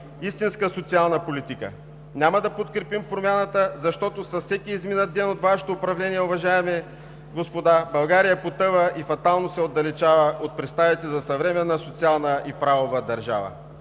истинска социална политика. Няма да подкрепим промяната, защото с всеки изминат ден от Вашето управление, уважаеми господа, България потъва и фатално се отдалечава от представите за съвременна социална и правова държава.